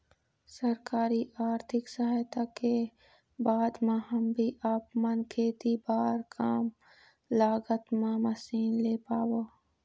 सरकारी आरथिक सहायता के बाद मा हम भी आपमन खेती बार कम लागत मा मशीन ले पाबो?